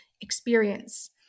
experience